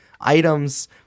items